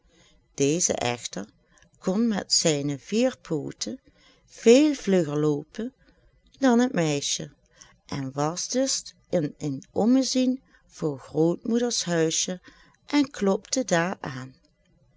deze echter kon met zijne vier pooten veel vlugger loopen dan het meisje en was dus in een ommezien voor grootmoeders huisje en klopte daar aan